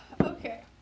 Okay